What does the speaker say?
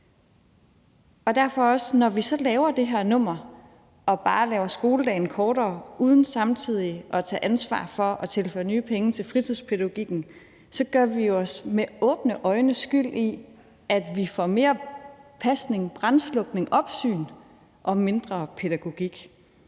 sige, at når vi så laver det her nummer og bare laver skoledagen kortere uden samtidig at tage ansvar for at tilføre nye penge til fritidspædagogikken, gør vi os med åbne øjne skyld i, at vi får mere pasning, brandslukning og opsyn og mindre pædagogik.